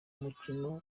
mukino